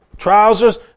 Trousers